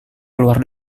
keluar